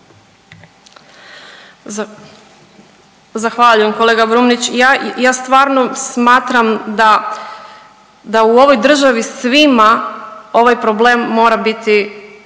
Zahvaljujem kolega Brumnić. Ja stvarno smatram da u ovoj državi svima ovaj problem mora biti